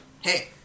hey